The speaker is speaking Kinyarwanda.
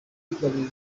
itumanaho